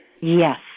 Yes